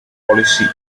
policy